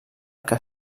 que